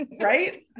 Right